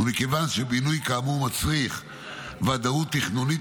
ומכיוון שבינוי כאמור מצריך ודאות תכנונית